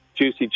juicy